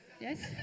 Yes